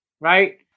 right